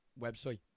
website